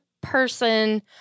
person